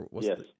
Yes